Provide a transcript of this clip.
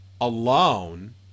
alone